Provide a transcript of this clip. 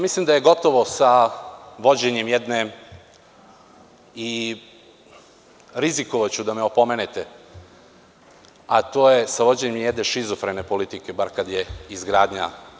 Mislim da je gotovo sa vođenjem jedne i rizikovaću da me opomenete, a to je sa vođenjem jedne šizofrene politike, bar kad je izgradnja…